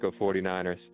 49ers